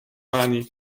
mani